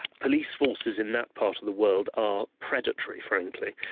police forces in that part of the world are predatory, frankly.